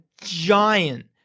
giant